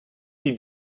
die